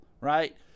right